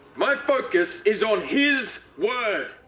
my focus, is on his word!